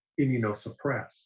immunosuppressed